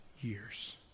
years